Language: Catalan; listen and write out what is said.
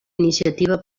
iniciativa